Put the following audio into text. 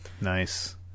Nice